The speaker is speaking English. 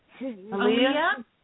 Aaliyah